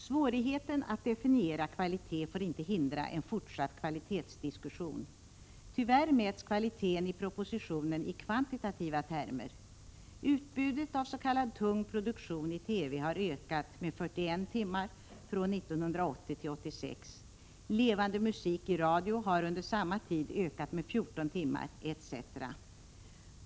Svårigheten att definiera kvalitet får inte hindra en fortsatt kvalitetsdiskussion. Tyvärr mäts kvaliteten i propositionen i kvantitativa termer. Utbudet av s.k. tung produktion i TV har ökat med 41 timmar från 1980 till 1986, levande musik i radion har under samma tid ökat med 14 timmar, etc.